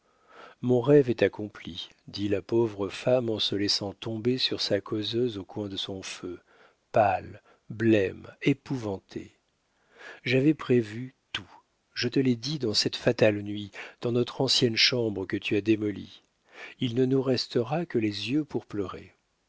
mon rêve est accompli dit la pauvre femme en se laissant tomber sur sa causeuse au coin de son feu pâle blême épouvantée j'avais prévu tout je te l'ai dit dans cette fatale nuit dans notre ancienne chambre que tu as démolie il ne nous restera que les yeux pour pleurer